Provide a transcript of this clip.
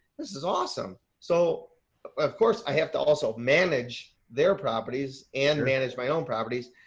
this is awesome. so of course i have to also manage their properties and manage my own properties.